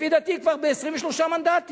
לפי דעתי, היא כבר ב-23 מנדטים.